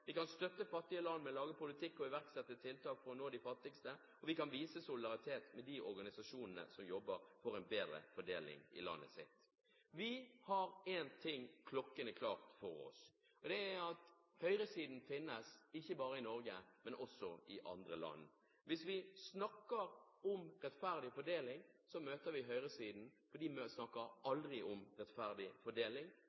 vi kan støtte fattige land med å lage politikk og iverksette tiltak for å nå de fattigste, og vi kan vise solidaritet med de organisasjonene som jobber for en bedre fordeling i landet sitt. Vi har én ting klokkeklart for oss, og det er at høyresiden finnes, ikke bare i Norge, men også i andre land. Hvis vi snakker om rettferdig fordeling, så møter vi høyresiden, for de snakker